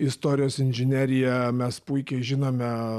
istorijos inžineriją mes puikiai žinome